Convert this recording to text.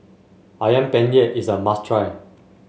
ayam Penyet is a must try